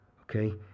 Okay